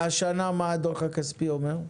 והשנה מה הדוח הכספי אומר?